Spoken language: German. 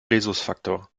rhesusfaktor